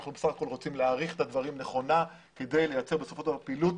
אנחנו בסך הכול רוצים להעריך את הדברים נכונה כדי לייצר פעילות